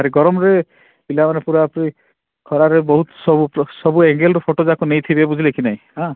ଭାରି ଗରମରେ ପିଲାମାନେ ପୁରା ପୁରି ଖରାରେ ବହୁତ ସବୁ ସବୁ ଏଙ୍ଗେଲ୍ରେ ଫଟୋ ଯାକ ନେଇଥିବେ ବୁଝିଲେ କି ନାଇ ଆଁ